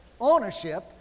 ownership